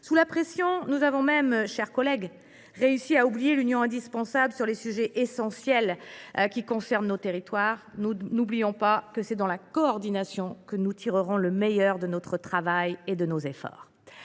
Sous la pression, nous avons même, mes chers collègues, réussi à oublier l’union indispensable sur les sujets essentiels qui concernent nos territoires. N’oublions pas que c’est dans la coordination que nous tirerons le meilleur de notre travail et de nos efforts.